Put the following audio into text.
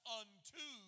unto